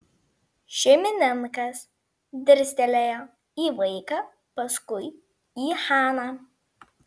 šeimininkas dirstelėjo į vaiką paskui į haną